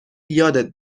یادت